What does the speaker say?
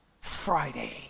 Friday